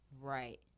Right